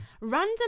Random